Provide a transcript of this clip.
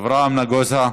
אברהם נגוסה.